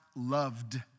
loved